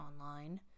online